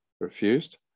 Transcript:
refused